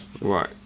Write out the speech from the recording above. right